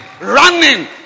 running